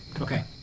Okay